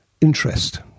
interest